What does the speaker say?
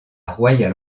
royale